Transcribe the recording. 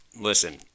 Listen